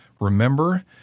Remember